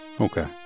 okay